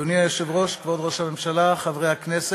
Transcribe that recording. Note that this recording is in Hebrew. אדוני היושב-ראש, כבוד ראש הממשלה, חברי הכנסת,